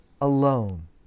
alone